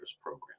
program